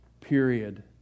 period